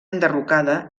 enderrocada